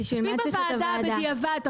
ואם הוועדה בדיעבד,